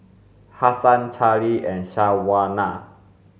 Hasan Charlee and Shawna